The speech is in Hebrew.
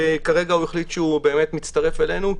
וכרגע הוא החליט שהוא מצטרף אלינו,